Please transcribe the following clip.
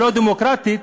הלא-דמוקרטית,